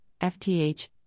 FTH